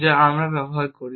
যা আমরা ব্যবহার করি